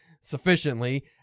sufficiently